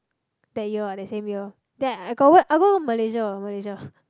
that year ah that same year then I got go wh~ I go Malaysia Malaysia